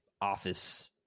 office